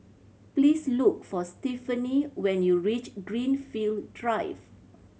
please look for Stephenie when you reach Greenfield Drive